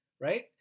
right